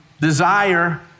desire